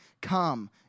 Come